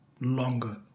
longer